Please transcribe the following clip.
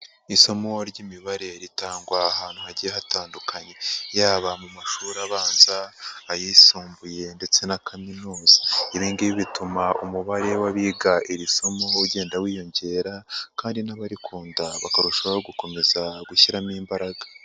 Isomo ry'Imibare ritangwa ahantu hagiye hatandukanye yaba mu mashuri abanza, ayisumbuye ndetse na kaminuza, ibi ngibi bituma umubare w'abiga iri somo ugenda wiyongera kandi n'abarikunda bakarushaho gukomeza gushyiramo imbaraga.